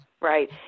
Right